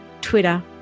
twitter